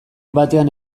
batean